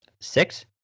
six